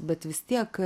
bet vis tiek